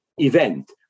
event